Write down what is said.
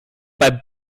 beim